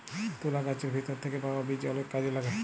তুলা গাহাচের ভিতর থ্যাইকে পাউয়া বীজ অলেক কাজে ল্যাগে